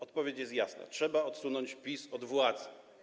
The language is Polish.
Odpowiedź jest jasna: trzeba odsunąć PiS od władzy.